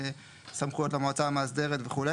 סמכויות לוועדה המאסדרת וכו',